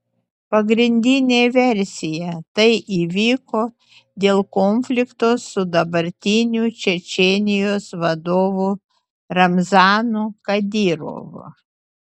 pagrindinė versija tai įvyko dėl konflikto su dabartiniu čečėnijos vadovu ramzanu kadyrovu